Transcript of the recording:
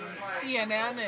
CNN